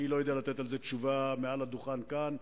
אני לא יודע לתת על זה תשובה מעל הדוכן כאן,